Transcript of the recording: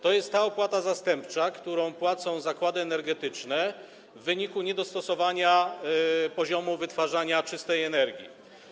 To jest ta opłata zastępcza, którą płacą zakłady energetyczne w wyniku niedostosowania poziomu wytwarzania czystej energii.